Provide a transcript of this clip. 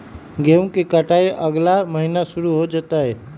गेहूं के कटाई अगला महीना शुरू हो जयतय